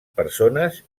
persones